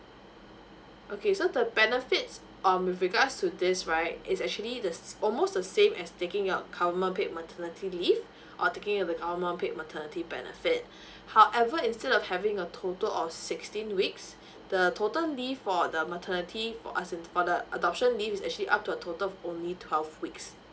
okay so the benefits um with regards to this right is actually the almost the same as taking out government paid maternity leave or taking of the government paid maternity benefit however instead of having a total of sixteen weeks the total leave for the maternity for for the adoption leave is actually up to a total of only twelve weeks